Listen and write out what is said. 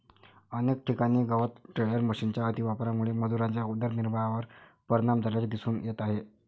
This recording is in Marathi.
अनेक ठिकाणी गवत टेडर मशिनच्या अतिवापरामुळे मजुरांच्या उदरनिर्वाहावर परिणाम झाल्याचे दिसून येत आहे